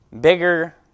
bigger